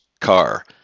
car